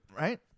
right